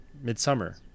Midsummer